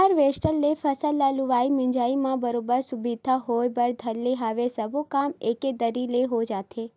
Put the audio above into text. harvester ले फसल ल लुवाए मिंजाय म बरोबर सुबिधा होय बर धर ले हवय सब्बो काम एके दरी ले हो जाथे